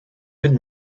could